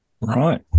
Right